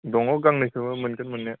दङ गांनैसोब्ला मोनगोन मोननाया